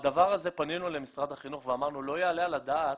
בדבר הזה פנינו למשרד החינוך ואמרנו: "לא יעלה על הדעת